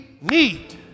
need